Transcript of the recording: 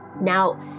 Now